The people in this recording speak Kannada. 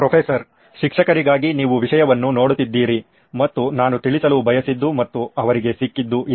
ಪ್ರೊಫೆಸರ್ ಶಿಕ್ಷಕರಿಗಾಗಿ ನೀವು ವಿಷಯವನ್ನು ನೋಡುತ್ತಿದ್ದೀರಿ ಮತ್ತು ನಾನು ತಿಳಿಸಲು ಬಯಸಿದ್ದು ಮತ್ತು ಅವರಿಗೆ ಸಿಕ್ಕಿದ್ದು ಇದೆ